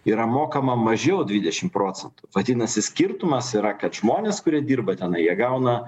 yra mokama mažiau dvidešim procentų vadinasi skirtumas yra kad žmonės kurie dirba tenai jie gauna